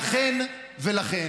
לכן,